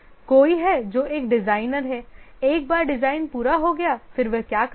कोई है जो एक डिजाइनर है एक बार डिजाइन पूरा हो गया है कि वह क्या करता है